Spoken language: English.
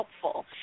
helpful